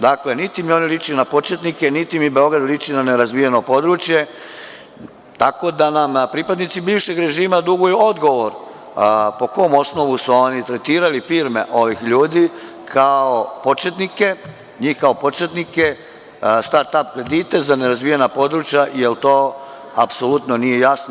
Dakle, niti mi oni liče na početnike, niti mi Beograd liči na nerazvijeno područje, tako da nam pripadnici bivšeg režima duguju odgovor – po kom osnovu su oni tretirali firme ovih ljudi kao početnike, njih kao početnike, „start ap“ kredite za nerazvijena područja, jer to apsolutno nije jasno?